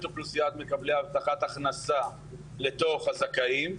אוכלוסיית מקבלי ההבטחת הכנסה לתוך הזכאים,